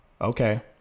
okay